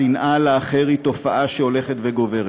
השנאה לאחר היא תופעה שהולכת וגוברת,